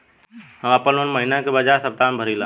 हम आपन लोन महिना के बजाय सप्ताह में भरीला